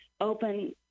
open